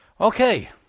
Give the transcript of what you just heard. Okay